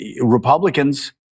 Republicans